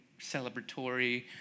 celebratory